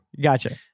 Gotcha